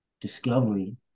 Discovery